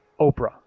Oprah